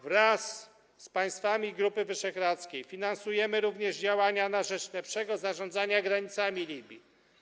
Wraz z państwami Grupy Wyszehradzkiej finansujemy również działania na rzecz lepszego zarządzania granicami Libii.